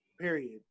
period